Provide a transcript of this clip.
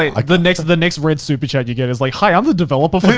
ah like the next to the next red soup chat you get is like, hi, i'm the developer for